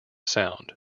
sound